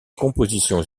compositions